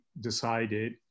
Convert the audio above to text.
decided